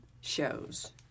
shows